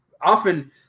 often